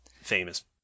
famous